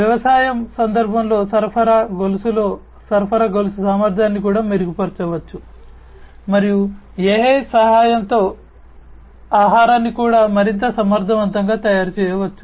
వ్యవసాయం సందర్భంలో సరఫరా గొలుసులో సరఫరా గొలుసు సామర్థ్యాన్ని కూడా మెరుగుపరచవచ్చు మరియు AI సహాయంతో ఆహారాన్ని కూడా మరింత సమర్థవంతంగా తయారు చేయవచ్చు